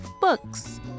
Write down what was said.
books